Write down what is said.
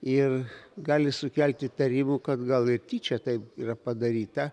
ir gali sukelti įtarimų kad gal ir tyčia taip yra padaryta